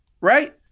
right